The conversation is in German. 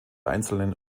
einzelnen